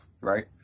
right